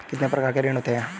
कितने प्रकार के ऋण होते हैं?